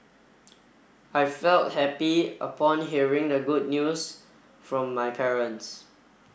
I felt happy upon hearing the good news from my parents